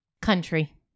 country